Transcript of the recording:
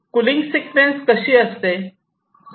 cooling sequence कशी असते